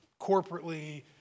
corporately